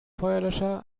feuerlöscher